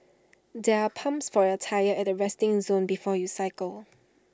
there are pumps for your tyres at the resting zone before you cycle